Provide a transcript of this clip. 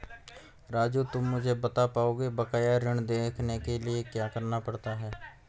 राजू तुम मुझे बता पाओगे बकाया ऋण देखने के लिए क्या करना पड़ता है?